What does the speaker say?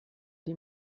die